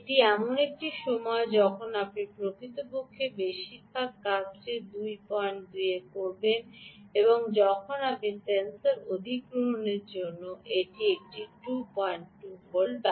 এটি এমন একটি সময় যখন আপনি প্রকৃতপক্ষে বেশিরভাগ কাজটি 22 এ করবেন এবং যখন আপনি সেন্সর অধিগ্রহণের জন্য এটি একটি 22 ভোল্ট